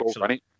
running